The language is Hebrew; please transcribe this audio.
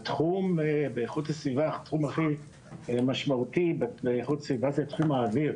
באיכות הסביבה התחום הכי משמעותי זה תחום האוויר